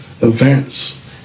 events